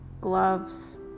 gloves